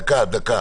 תקנות.